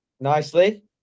nicely